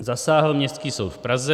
Zasáhl Městský soud v Praze.